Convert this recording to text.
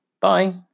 Bye